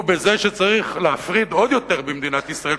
הוא בזה שצריך להפריד עוד יותר במדינת ישראל,